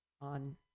on